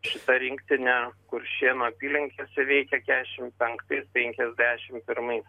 šita rinktinė kuršėnų apylinkėse veikė kešim penktais penkiasdešim pirmais